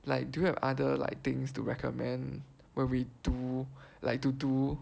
like do you have other like things to recommend when we do like to do